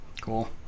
Cool